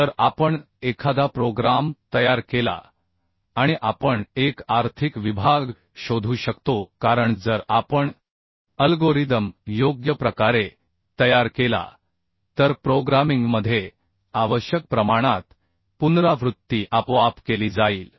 जर आपण एखादा प्रोग्राम तयार केला आणि आपण एक आर्थिक विभाग शोधू शकतो कारण जर आपण अल्गोरिदम योग्य प्रकारे तयार केला तर प्रोग्रामिंगमध्ये आवश्यक प्रमाणात पुनरावृत्ती आपोआप केली जाईल